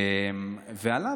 הוא עלה